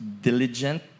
diligent